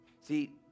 See